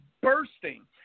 bursting